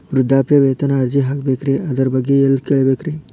ವೃದ್ಧಾಪ್ಯವೇತನ ಅರ್ಜಿ ಹಾಕಬೇಕ್ರಿ ಅದರ ಬಗ್ಗೆ ಎಲ್ಲಿ ಕೇಳಬೇಕ್ರಿ?